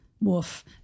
woof